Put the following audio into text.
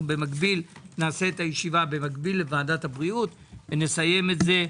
במקביל נעשה את הישיבה במקביל לוועדת הבריאות ונסיים את זה.